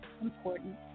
important